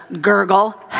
gurgle